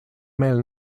meel